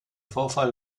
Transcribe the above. vorfall